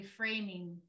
reframing